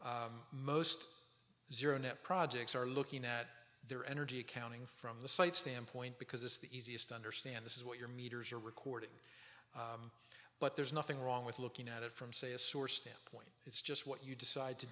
far most zero net projects are looking at their energy accounting from the site standpoint because it's the easiest to understand this is what you're meters are recorded but there's nothing wrong with looking at it from say a source standpoint it's just what you decide to